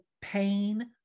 pain